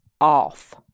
off